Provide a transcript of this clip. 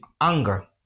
anger